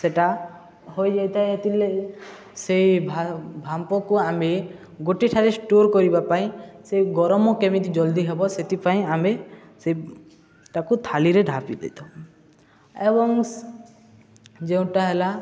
ସେଟା ହୋଇଯାଇଥାଏ ସେଥିରେ ସେଇ ବାମ୍ଫକୁ ଆମେ ଗୋଟେ ଠାରେ ଷ୍ଟୋର୍ କରିବା ପାଇଁ ସେ ଗରମ କେମିତି ଜଲଦି ହବ ସେଥିପାଇଁ ଆମେ ସେ ତାକୁ ଥାଳିରେ ଢାପି ଦେଇଥାଉ ଏବଂ ଯେଉଁଟା ହେଲା